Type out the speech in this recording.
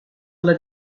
alla